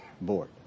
board